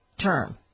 term